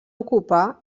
ocupar